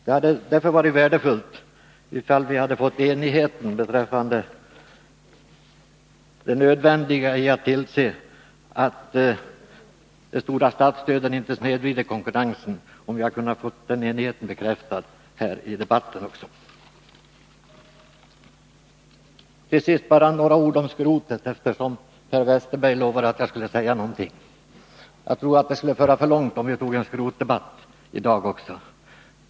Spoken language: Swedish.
Det hade därför varit värdefullt, om vi hade fått bekräftat här i debatten enigheten beträffande det nödvändiga i att tillse att de stora statsstöden inte snedvrider konkurrensen. Till sist bara några ord om skrotet, eftersom Per Westerberg lovade att jag skulle säga någonting. Jag tror att det skulle föra för långt, om vi tog upp en skrotdebatt i dag också.